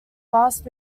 last